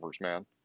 man